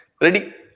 Ready